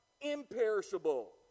imperishable